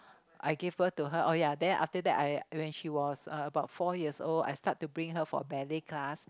I gave birth to her oh ya then after that I when she was four years old I start to bring her for baby class